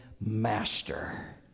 master